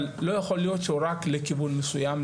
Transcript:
אבל לא יכול להיות שהוא רק לכיוון מסוים,